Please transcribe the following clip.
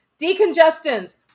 decongestants